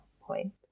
point